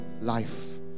life